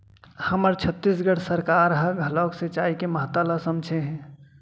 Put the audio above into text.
हमर छत्तीसगढ़ सरकार ह घलोक सिचई के महत्ता ल समझे हे